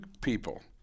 people